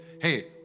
hey